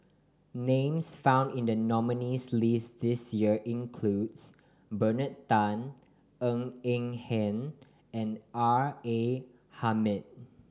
names found in the nominees' list this year include Bernard Tan Ng Eng Hen and R A Hamid